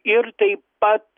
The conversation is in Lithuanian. ir taip pat